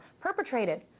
perpetrated